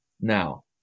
Now